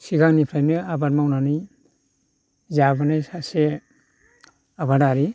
सिगांनिफ्रायनो आबाद मावनानै जाबोनाय सासे आबादारि